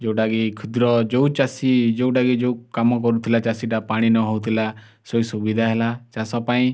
ଯେଉଁଟାକି କ୍ଷୁଦ୍ର ଯେଉଁ ଚାଷୀ ଯେଉଁଟାକି ଯେଉଁ କାମ କରୁଥିଲା ଚାଷୀଟା ପାଣି ନହେଉଥିଲା ସେ ସୁବିଧା ହେଲା ଚାଷ ପାଇଁ